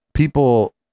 People